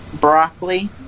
broccoli